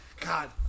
God